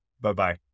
Bye-bye